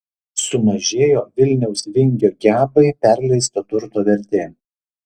sumažėjo vilniaus vingio gebai perleisto turto vertė